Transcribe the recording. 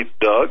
Doug